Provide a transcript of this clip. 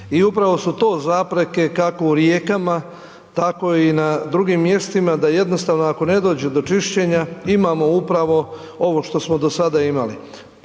I upravo su to zapreke kako u rijekama, tako i na drugim mjestima da jednostavno ako ne dođe do čišćenja, imamo upravo ovo što smo do sada imali.